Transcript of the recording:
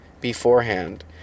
beforehand